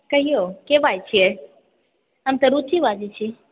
कहियौ के बाजैत छियै हम तऽ रुचि बाजैत छी